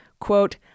Quote